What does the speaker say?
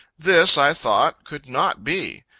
this, i thought, could not be.